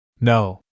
No